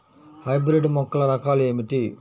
Hybrid మొక్కల రకాలు ఏమిటీ?